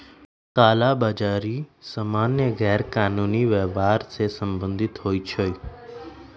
कला बजारि सामान्य गैरकानूनी व्यापर से सम्बंधित होइ छइ